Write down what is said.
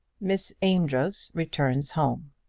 miss amedroz returns home.